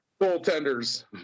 goaltenders